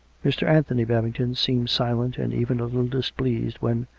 mr. anthony babington seemed silent and even a little displeased when,